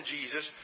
Jesus